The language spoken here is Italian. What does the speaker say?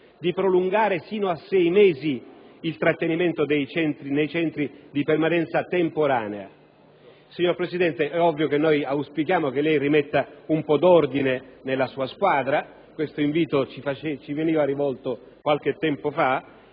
di prolungare fino a sei mesi il trattenimento nei centri di permanenza temporanea. Signor Presidente, è ovvio che auspichiamo che lei rimetta un po' d'ordine nella sua squadra. Lo stesso invito ci veniva rivolto qualche tempo fa